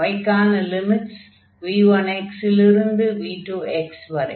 y க்கான limits v1x லிருந்து v2x வரை